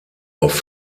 auf